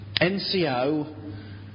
NCO